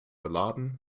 beladen